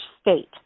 state